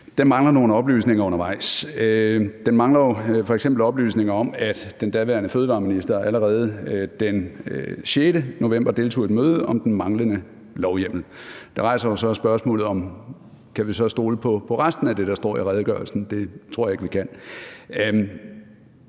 mangler nogle oplysninger undervejs. Den mangler jo f.eks. oplysninger om, at den daværende fødevareminister allerede den 6. november deltog i et møde om den manglende lovhjemmel. Det rejser jo så spørgsmålet, om vi så kan stole på resten af det, der står i redegørelsen. Det tror jeg ikke vi kan,